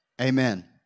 Amen